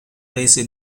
rese